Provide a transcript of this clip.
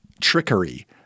trickery